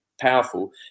powerful